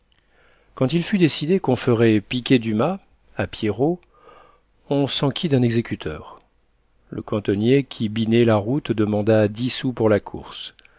quand il fut décidé qu'on ferait piquer du mas à pierrot on s'enquit d'un exécuteur le cantonnier qui binait la route demanda dix sous pour la course